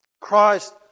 Christ